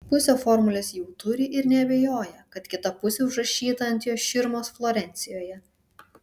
pusę formulės jau turi ir neabejoja kad kita pusė užrašyta ant jos širmos florencijoje